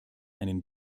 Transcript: einen